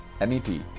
MEP